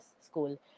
school